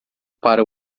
para